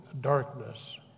darkness